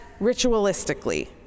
ritualistically